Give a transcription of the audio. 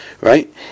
Right